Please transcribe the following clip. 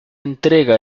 entrega